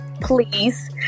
Please